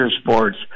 sports